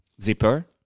Zipper